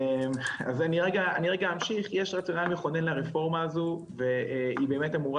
אני אמשיך כי יש רגע מכונן לרפורמה הזאת והיא באמת אמורה